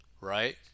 right